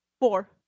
Four